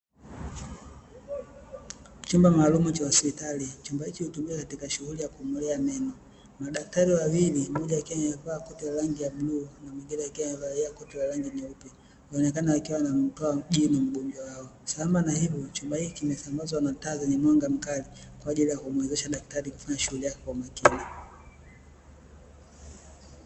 Chumba maalumu cha hospitali, chumba hiki hutumika katika shughuli ya kung'olea meno, madaktari wawili mmoja akiwa amevaa koti la rangi ya bluu na mwingine akiwa amevalia koti la rangi nyeupe, wanaonekana wakiwa wanamtoa jino mgonjwa wao. Sambamba na hilo, chuma hiki kimesambazwa na taa zenye mwanga mkali, kwa ajili ya kumuwezesha daktari kufanya shughuli yake kwa umakini.